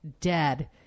dead